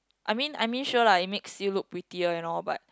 I mean I mean sure lah it makes you look prettier and all but